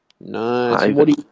Nice